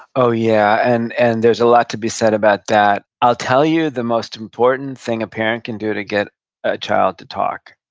oh, yeah. and and there's a lot to be said about that. i'll tell you the most important thing a parent can do to get a child to talk.